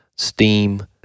steam